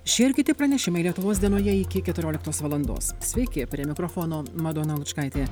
šie ir kiti pranešimai lietuvos dienoje iki keturioliktos valandos sveiki prie mikrofono madona lučkaitė